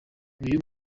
uyu